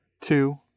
two